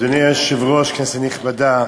אדוני היושב-ראש, כנסת נכבדה,